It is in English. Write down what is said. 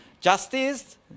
Justice